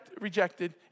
rejected